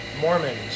Mormons